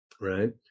right